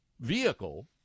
vehicle